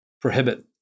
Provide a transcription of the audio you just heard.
prohibit